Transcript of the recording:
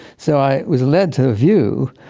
so i was led to the view,